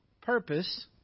purpose